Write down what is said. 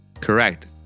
Correct